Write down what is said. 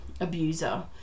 abuser